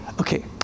Okay